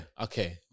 okay